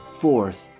fourth